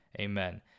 Amen